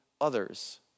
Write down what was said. others